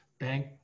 bank